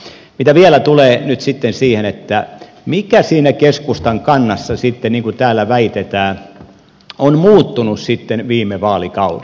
mitä vielä tulee nyt sitten siihen mikä siinä keskustan kannassa sitten niin kuin täällä väitetään on muuttunut sitten viime vaalikauden